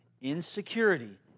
Insecurity